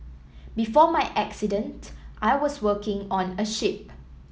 before my accident I was working on a ship